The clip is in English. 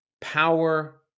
power